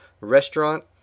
restaurant